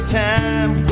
time